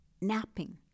napping